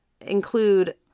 include